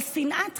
על שנאת חינם.